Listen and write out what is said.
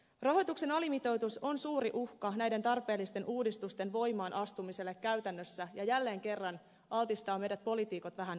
rahoituksen alimitoitus on suuri uhka näiden tarpeellisten uudistusten voimaan astumiselle käytännössä ja jälleen kerran altistaa meidät poliitikot vähän outoon valoon